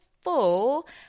full